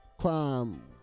crime